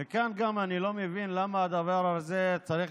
ומכאן אני גם לא מבין למה הדבר הזה צריך